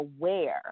aware